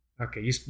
Okay